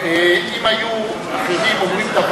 אם היו אחרים אומרים,